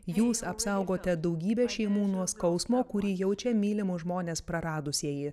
jūs apsaugote daugybę šeimų nuo skausmo kurį jaučia mylimus žmones praradusieji